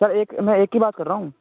sir एक मैं एक की बात कर रहा हूँ